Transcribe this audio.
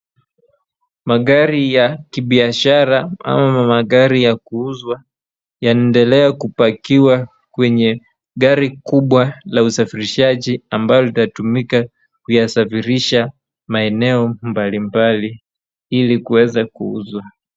Magari ya kibiashara ama magari ya kuuzwa yanaendele kupakiwa kwenye gari kubwa la usafirishaji ambalo litatumika kuyasafirisha maeneo mbalimbali ili kuweza kuuzwa.